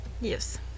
yes